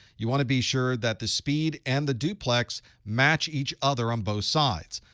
you want to be sure that the speed and the duplex match each other on both sides.